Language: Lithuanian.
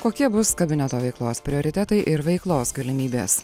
kokie bus kabineto veiklos prioritetai ir veiklos galimybės